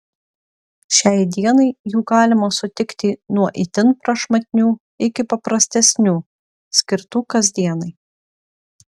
šiai dienai jų galima sutikti nuo itin prašmatnių iki paprastesnių skirtų kasdienai